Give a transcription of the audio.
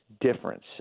difference